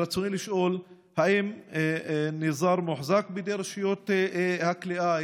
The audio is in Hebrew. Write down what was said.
ברצוני לשאול: 1. האם ניזאר מוחזק בידי רשויות הכליאה?